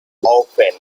often